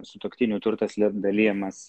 sutuoktinių turtas dalijamas